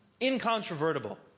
Incontrovertible